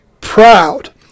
proud